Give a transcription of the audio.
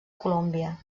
colòmbia